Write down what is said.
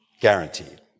Guaranteed